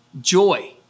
joy